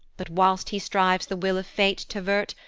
but, whilst he strives the will of fate t' avert,